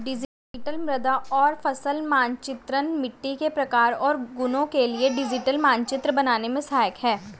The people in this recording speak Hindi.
डिजिटल मृदा और फसल मानचित्रण मिट्टी के प्रकार और गुणों के लिए डिजिटल मानचित्र बनाने में सहायक है